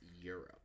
Europe